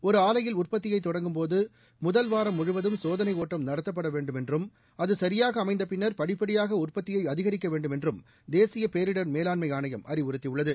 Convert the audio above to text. ஒரு ஆலையில் உற்பத்தியை தொடங்கும் போது முதல் வாரம் முழுவதும் சோதனை ஒட்டம் நடத்தப்பட வேண்டும் என்றும் அது சியாக அமைந்த பின்னா் படிப்படியாக உற்பத்தியை அதிகரிக்க வேண்டும் என்றும் தேசிய பேரிடர் மேலாண்மை ஆணையம் அறிவுறுத்தியுள்ளது